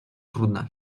trudna